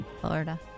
Florida